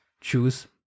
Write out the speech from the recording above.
choose